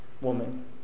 Woman